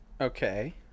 okay